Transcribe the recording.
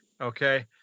okay